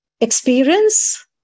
experience